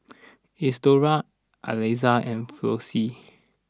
Isadora Aliza and Flossie